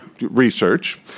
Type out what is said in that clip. research